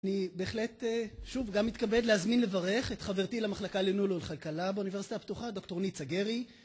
אני בהחלט שוב גם מתכבד להזמין לברך את חברתי למחלקה לנולו לחלקלה באוניברסיטה הפתוחה, ד. ניצה גרי.